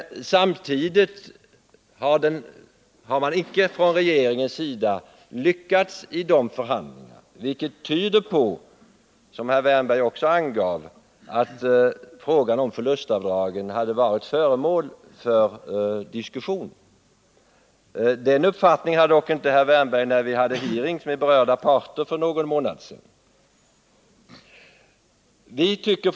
Regeringen har emellertid inte lyckats vid förhandlingarna, vilket tyder på, som herr Wärnberg också sade, att frågan om förlustavdragen diskuterats. Den uppfattningen hade dock inte herr Wärnberg när vi för någon månad sedan hade hearings med de berörda parterna.